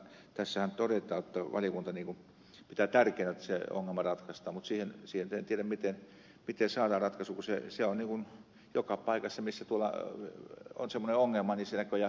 tässähän todetaan jotta valiokunta pitää tärkeänä että se ongelma ratkaistaan mutta en tiedä miten siihen saadaan ratkaisu kun se on joka paikassa missä tuolla on semmoinen ongelma näköjään hyvin vaikea ratkaista